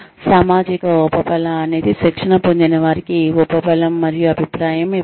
సామాజిక ఉపబల అనేది శిక్షణ పొందినవారికి ఉపబలం మరియు అభిప్రాయం ఇవ్వటం